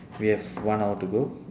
we have one hour to go